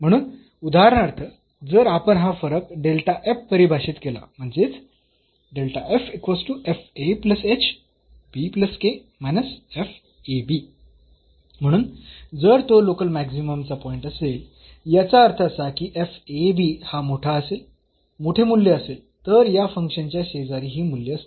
म्हणून उदाहरणार्थ जर आपण हा फरक डेल्टा f परिभाषित केला म्हणजेच म्हणून जर तो लोकल मॅक्सिमम चा पॉईंट असेल याचा अर्थ असा की हा मोठा असेल मोठे मूल्य असेल तर या फंक्शनच्या शेजारी ही मूल्ये असतील